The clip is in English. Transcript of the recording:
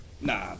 Nah